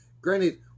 Granted